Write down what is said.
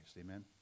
Amen